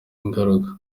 ingaruka